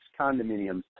condominiums